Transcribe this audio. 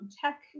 tech